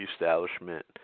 establishment